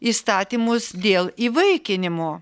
įstatymus dėl įvaikinimo